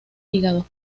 hígado